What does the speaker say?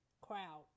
crowd